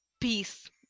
peace